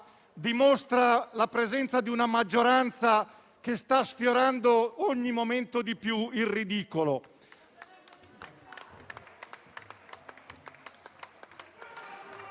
dimostra la presenza di una maggioranza che sta sfiorando, ogni momento di più, il ridicolo.